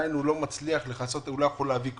הוא לא יכול להביא כלום.